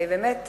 באמת,